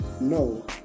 no